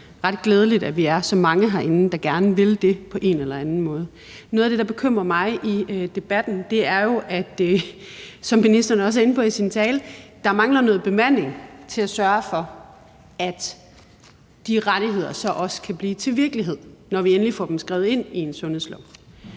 det jo ret glædeligt, at vi er så mange herinde, der gerne vil det på en eller anden måde. Noget af det, der bekymrer mig i debatten, er jo, som ministeren også er inde på i sin tale, at der mangler noget bemanding til at sørge for, at de rettigheder så også kan blive til virkelighed, når vi endelig får dem skrevet ind i en sundhedslov,